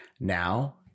Now